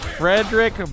Frederick